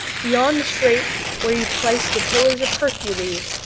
beyond the strait where you place the pillars of hercules,